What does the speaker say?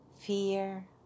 fear